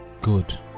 good